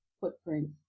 footprint